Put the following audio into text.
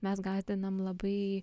mes gąsdinam labai